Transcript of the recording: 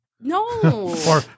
No